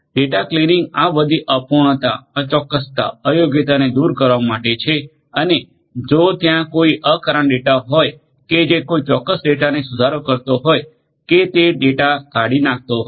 data cleaning આ બધી અપૂર્ણતા અચોક્કસતા અયોગ્યતાને દૂર કરવા માટે છે અને જો ત્યાં કોઈ અકારણ ડેટા હોય કે જે કોઈ ચોક્કસ ડેટાને સુધારો કરતો હોય કે તે ડેટા કાઢી નાખતો હોય